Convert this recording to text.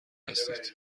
هستید